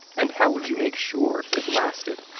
and how would you make sure it lasted?